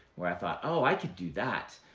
where i thought, oh, i could do that?